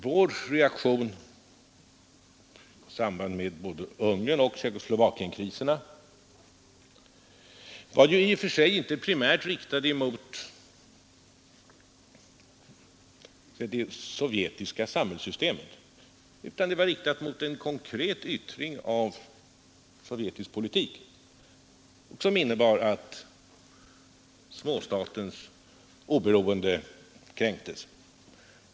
Vår reaktion i samband med Ungernoch Tjeckoslovakienkriserna var ju i och för sig inte riktade mot det sovjetiska samhällssystemet utan var riktade mot en konkret yttring av sovjetisk utrikespolitik, som innebar att småstaters oberoende kränktes.